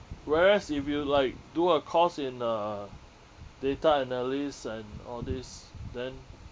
whereas if you like do a course in uh data analysts and all these then